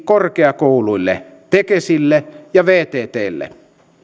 korkeakouluille tekesille ja vttlie